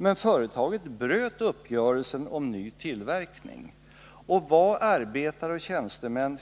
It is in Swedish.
Men företaget bröt uppgörelsen om ny tillverkning. Och det arbetare och tjänstemän